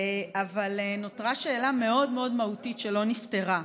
אבל נותרה שאלה מאוד מאוד מהותית שלא נפתרה.